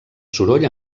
soroll